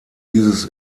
dieses